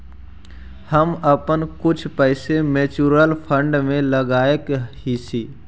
हम अपन कुछ पैसे म्यूचुअल फंड में लगायले हियई